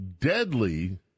deadly